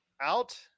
out